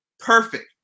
perfect